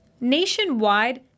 Nationwide